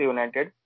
United